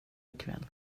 ikväll